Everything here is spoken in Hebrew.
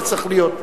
אולי.